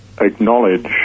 acknowledge